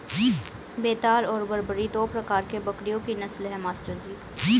बेताल और बरबरी दो प्रकार के बकरियों की नस्ल है मास्टर जी